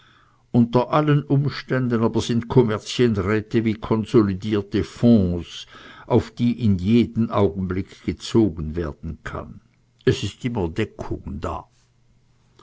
unter allen umständen aber sind kommerzienräte wie konsolidierte fonds auf die jeden augenblick gezogen werden kann es ist immer deckung da